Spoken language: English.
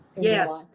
Yes